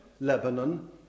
Lebanon